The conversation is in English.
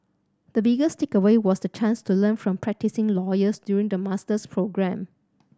the biggest takeaway was the chance to learn from practising lawyers during the master's programme